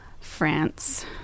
France